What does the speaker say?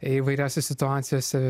įvairiose situacijose